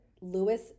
Lewis